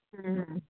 হ্যাঁ